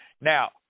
Now